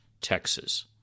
Texas